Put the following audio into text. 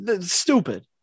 stupid